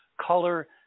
color